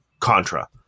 Contra